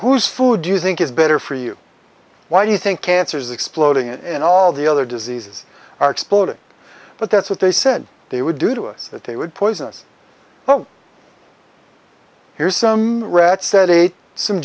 who's food you think is better for you why do you think cancers exploding and all the other diseases are exploding but that's what they said they would do to us that they would poison us oh here's some rats that ate some